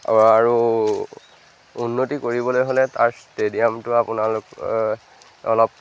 আৰু উন্নতি কৰিবলৈ হ'লে তাৰ ষ্টেডিয়ামটো আপোনালোকে অলপ